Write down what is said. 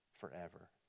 forever